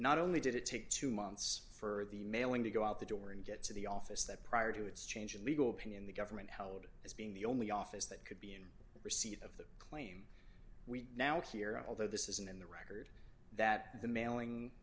not only did it take two months for the mailing to go out the door and get to the office that prior to its change in legal opinion the government held as being the only office that could be in receipt of the claim we now hear although this isn't in the record that the mailing